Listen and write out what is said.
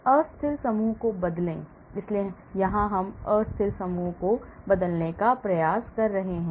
अस्थिर समूहों को बदलें इसलिए यहां हम अस्थिर समूहों को बदलने का प्रयास कर रहे हैं